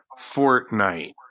Fortnite